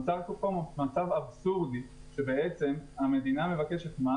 נוצר מצב אבסורדי שבעצם המדינה מבקשת מס